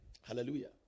hallelujah